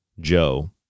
Joe